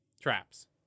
traps